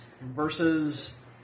versus